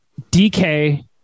DK